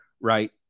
right